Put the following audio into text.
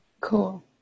Cool